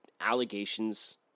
allegations